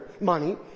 money